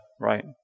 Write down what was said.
right